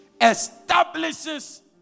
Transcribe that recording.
establishes